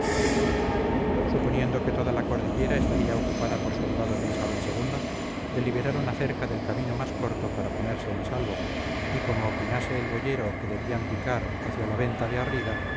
suponiendo que toda la cordillera estaría ocupada por soldados de isabel ii deliberaron acerca del camino más corto para ponerse en salvo y como opinase el boyero que debían picar hacia la venta de arrida